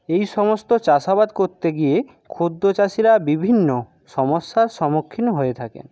এই সমস্ত চাষাবাদ করতে গিয়ে ক্ষুদ্র চাষিরা বিভিন্ন সমস্যার সমুক্ষীন হয়ে থাকেন